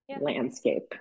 landscape